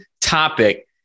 topic